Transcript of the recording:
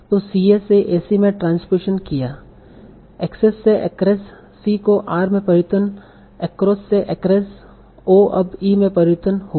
तो ca ने ac में ट्रांसपोजेशन किया access से acress c को r में परिवर्तन across से acress o अब e में परिवर्तन हुआ